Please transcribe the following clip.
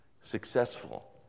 successful